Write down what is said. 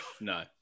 No